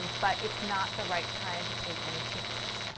but it's not the right time to take any chances.